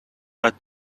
but